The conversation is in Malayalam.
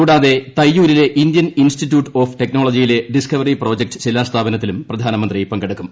കൂടാതെ തയ്യൂരിലെ ഇന്ത്യൻ ഇൻസ്റ്റിറ്റ്യൂട്ട് ഓഫ് ടെക്നോളജിയിലെ ഡിസ്കവറി പ്രോജക്ട് ശിലാസ്ഥാപനത്തിലും പ്രധാനമന്ത്രി പങ്കെടുക്കും